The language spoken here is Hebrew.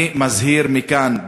אני מזהיר מכאן,